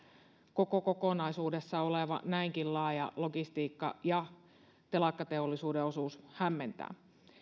koko kokonaisuudessa oleva näinkin laaja logistiikka ja telakkateollisuuden osuus hämmentää